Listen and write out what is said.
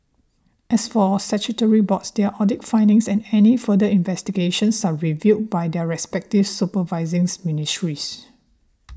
as for statutory boards their audit findings and any further investigations are reviewed by their respective supervising ministries